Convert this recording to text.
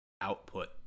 output